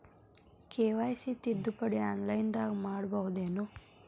KYC ತಿದ್ದುಪಡಿ ಆನ್ಲೈನದಾಗ್ ಮಾಡ್ಬಹುದೇನು?